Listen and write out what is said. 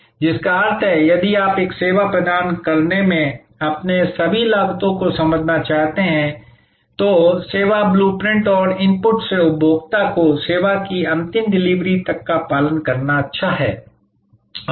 तो जिसका अर्थ है कि यदि आप एक सेवा प्रदान करने में अपनी सभी लागतों को समझना चाहते हैं तो सेवा ब्लू प्रिंट और इनपुट से उपभोक्ता को सेवा की अंतिम डिलीवरी तक का पालन करना अच्छा है